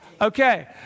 Okay